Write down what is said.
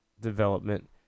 development